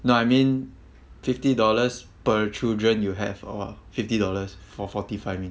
no I mean fifty dollars per children you have or fifty dollars for forty five min